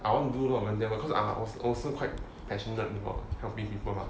I want to do a lot of them cause I was also quite passionate about helping people lah